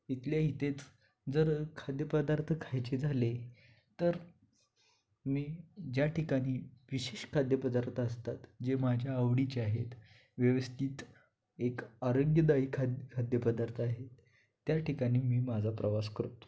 तर इथल्या इथेच जर खाद्यपदार्थ खायचे झाले तर मी ज्या ठिकाणी विशेष खाद्यपदार्थ असतात जे माझ्या आवडीचे आहेत व्यवस्थित एक आरोग्यदायी खाद्य खाद्यपदार्थ आहेत त्या ठिकाणी मी माझा प्रवास करतो